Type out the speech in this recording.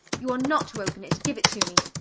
you are not to open it. give it to me.